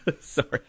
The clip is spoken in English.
Sorry